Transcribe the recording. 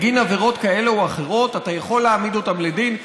בגין עבירות כאלה או אחרות אתה יכול להעמיד אותם לדין,